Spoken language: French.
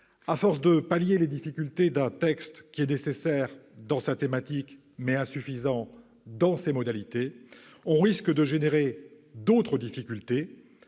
à force de pallier les difficultés d'un texte qui est nécessaire dans sa thématique, mais insuffisant dans ses modalités, on risque de créer d'autres difficultés